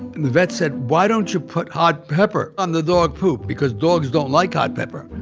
and the vet said, why don't you put hot pepper on the dog poop? because dogs don't like hot pepper.